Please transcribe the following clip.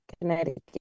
Connecticut